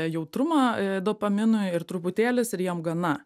jautrumą dopaminui ir truputėlis ir jiem gana